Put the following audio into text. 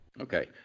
Okay